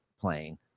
playing